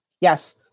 Yes